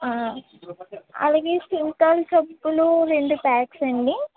అలాగే సింథాల్ సబ్బులు రెండు ఫ్యాక్స్ అండి